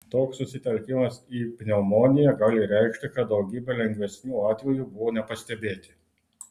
toks susitelkimas į pneumoniją gali reikšti kad daugybė lengvesnių atvejų buvo nepastebėti